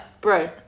bro